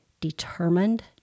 determined